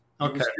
Okay